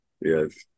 Yes